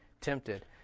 tempted